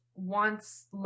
wants